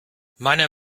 meiner